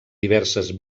diverses